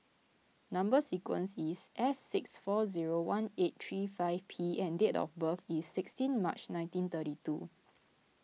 Number Sequence is S six four zero one eight three five P and date of birth is sixteen March nineteen thirty two